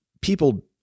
People